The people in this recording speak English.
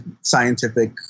scientific